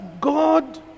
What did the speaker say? God